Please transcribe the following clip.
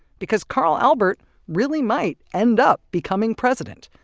because carl albert really might end up becoming president.